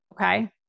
okay